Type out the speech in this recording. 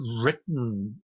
written